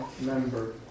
member